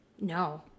No